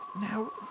Now